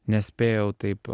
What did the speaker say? nespėjau taip